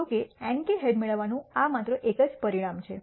જો કે nk head મેળવવાનું આ માત્ર એક જ પરિણામ છે